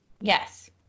Yes